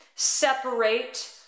separate